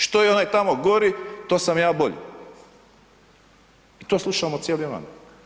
Što je onaj tamo gori to sam ja bolji i to slušamo cijeli dan.